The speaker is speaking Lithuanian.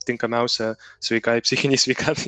tinkamiausia sveikai psichinei sveikatai